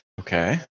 Okay